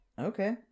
Okay